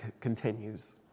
continues